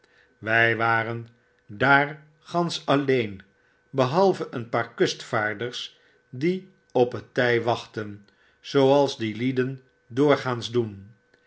wjj waren daar gansch alleen behalve een paar kustvaarders die op het tjj wachtten zooals die lieden doorgaans doen